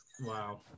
Wow